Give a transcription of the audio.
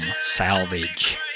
Salvage